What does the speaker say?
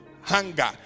hunger